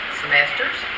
semesters